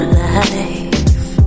life